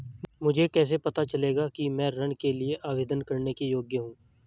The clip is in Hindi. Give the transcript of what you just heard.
मुझे कैसे पता चलेगा कि मैं ऋण के लिए आवेदन करने के योग्य हूँ?